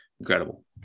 incredible